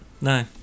no